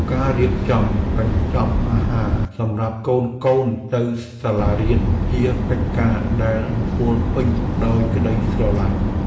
ការរៀបចំកញ្ចប់អាហារសម្រាប់កូនៗទៅសាលារៀន ជាកិច្ចការដែលពោរពេញដោយក្តីស្រឡាញ់។